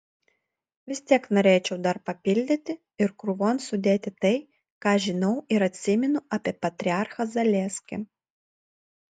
vis tiek norėčiau dar papildyti ir krūvon sudėti tai ką žinau ir atsimenu apie patriarchą zaleskį